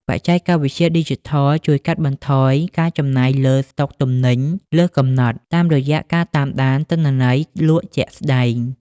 បច្ចេកវិទ្យាឌីជីថលជួយកាត់បន្ថយការចំណាយលើ ស្តុកទំនិញលើសកំណត់ តាមរយៈការតាមដានទិន្នន័យលក់ជាក់ស្ដែង។